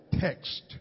text